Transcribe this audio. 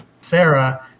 Sarah